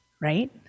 right